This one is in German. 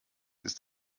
ist